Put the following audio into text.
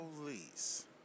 police